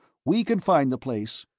we can find the place.